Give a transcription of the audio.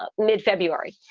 ah mid-february.